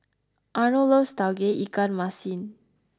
Arnold loves tauge ikan masin